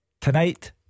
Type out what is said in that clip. Tonight